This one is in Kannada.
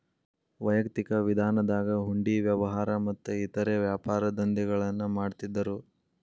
ವೈಯಕ್ತಿಕ ವಿಧಾನದಾಗ ಹುಂಡಿ ವ್ಯವಹಾರ ಮತ್ತ ಇತರೇ ವ್ಯಾಪಾರದಂಧೆಗಳನ್ನ ಮಾಡ್ತಿದ್ದರು